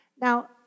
Now